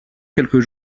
quelques